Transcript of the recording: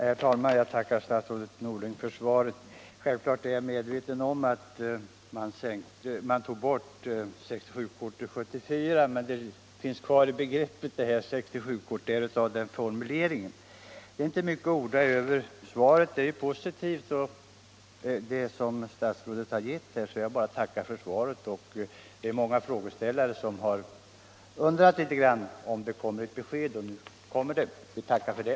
Herr talman! Jag tackar statsrådet Norling för svaret. Självfallet är jag medveten om att man tog bort 67-kortet 1974, men begreppet som sådant finns ännu kvar. Det svar statsrådet har givit är positivt, och jag vill bara tacka för det. Många har undrat om det skulle komma något besked. Vi tackar nu för det.